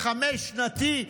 לחמש-שנתי.